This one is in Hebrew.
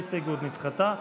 ההסתייגות נדחתה.